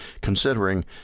considering